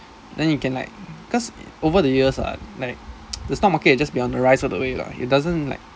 then you can like cause over the years ah like the stock market is just be on the rise all the way lah it doesn't